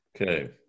Okay